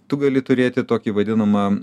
tu gali turėti tokį vadinamą